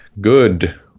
Good